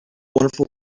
wonderful